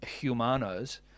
Humanos